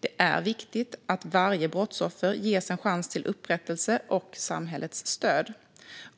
Det är viktigt att varje brottsoffer ges en chans till upprättelse och får samhällets stöd,